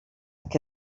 que